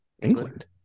England